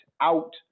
out